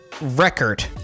record